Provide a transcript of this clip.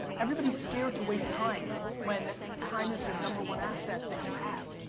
everybody's scared to waste time when time is your number one asset that you have.